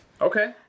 okay